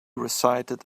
recited